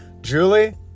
Julie